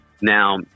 Now